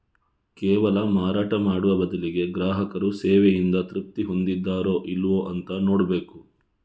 ಕೇವಲ ಮಾರಾಟ ಮಾಡುವ ಬದಲಿಗೆ ಗ್ರಾಹಕರು ಸೇವೆಯಿಂದ ತೃಪ್ತಿ ಹೊಂದಿದಾರೋ ಇಲ್ವೋ ಅಂತ ನೋಡ್ಬೇಕು